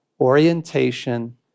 orientation